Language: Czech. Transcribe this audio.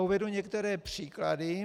Uvedu některé příklady.